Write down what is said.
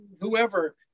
whoever